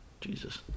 Jesus